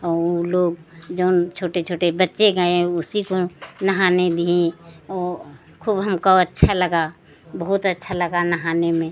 और वह लोग जो छोटे छोटे बच्चे गए उसी को नहाने दिए वह खुब हमको अच्छा लगा बहुत अच्छा लगा नहाने में